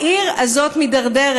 העיר הזאת מידרדרת.